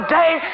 day